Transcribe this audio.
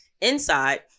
inside